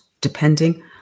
depending